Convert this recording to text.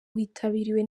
witabiriwe